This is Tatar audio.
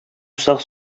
усак